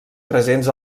presents